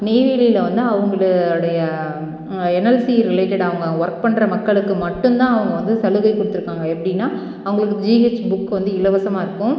நெய்வேலியில் வந்து அவர்களுடைய என்எல்சி ரிலேட்டட் அவங்க ஒர்க் பண்ணுற மக்களுக்கு மட்டும்தான் அவங்கள் வந்து சலுகை கொடுத்து இருக்காங்க எப்படினா அவர்களுக்கு ஜிஹெச் புக்கு வந்து இலவசமாக இருக்கும்